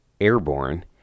airborne